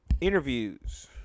interviews